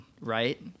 right